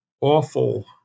awful